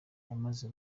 yamaze